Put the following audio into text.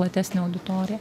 platesnę auditoriją